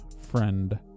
friend